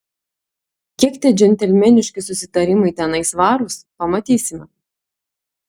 kiek tie džentelmeniški susitarimai tenai svarūs pamatysime